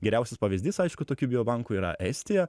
geriausias pavyzdys aišku tokių bio bankų yra estija